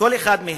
לכל אחד מהם,